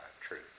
truth